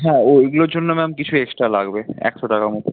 হ্যাঁ ঐগুলোর জন্য ম্যাম কিছু এক্সট্রা লাগবে একশো টাকা মত